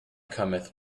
cometh